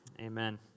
amen